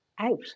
Out